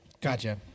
Gotcha